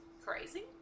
crazy